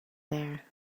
there